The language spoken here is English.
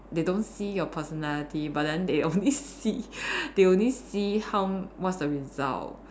they don't see your personality but then they only see they only see how what's the result